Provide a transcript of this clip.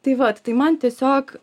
tai vat tai man tiesiog